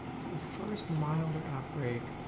first milder outbreak